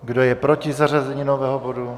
Kdo je proti zařazení nového bodu?